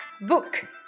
book